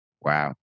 Wow